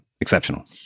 exceptional